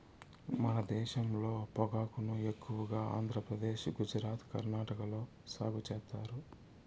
మన దేశంలో పొగాకును ఎక్కువగా ఆంధ్రప్రదేశ్, గుజరాత్, కర్ణాటక లో సాగు చేత్తారు